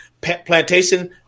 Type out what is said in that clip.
plantation